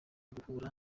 guhura